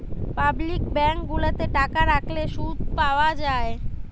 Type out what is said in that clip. public bank গুলাতে টাকা রাখলে শুধ পাওয়া যায়